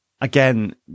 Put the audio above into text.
again